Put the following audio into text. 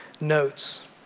notes